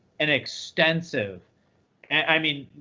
an extensive i mean,